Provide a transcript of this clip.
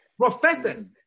professors